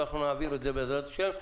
ונעביר את בעזרת השם.